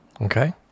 okay